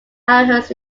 aarhus